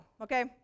okay